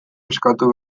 eskatu